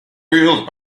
filled